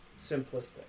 simplistic